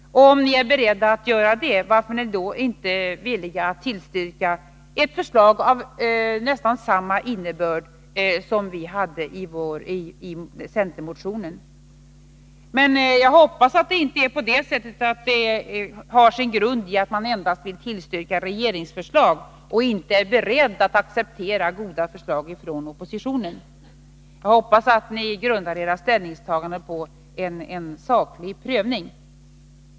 Och om ni är beredda att göra det, varför är ni då inte villiga att tillstyrka ett förslag av nästan samma innebörd som vi hade i centermotionen? Jag hoppas att det inte har sin grund iatt ni endast vill tillstyrka regeringsförslag och inte är beredda att acceptera goda förslag från oppositionen, utan att ni grundar era ställningstaganden på en saklig prövning.